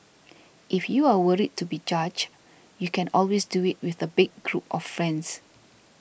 if you are worried to be judged you can always do it with a big group of friends